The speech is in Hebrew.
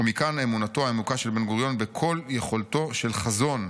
"ומכאן אמונתו העמוקה של בן-גוריון בכל יכולתו של החזון: